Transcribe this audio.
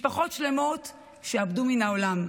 משפחות שלמות שאבדו מן העולם.